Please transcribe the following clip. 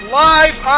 live